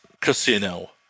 Casino